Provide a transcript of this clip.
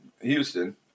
Houston